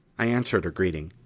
i answered her greeting,